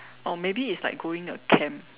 oh maybe it's like going a camp